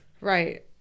Right